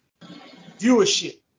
viewership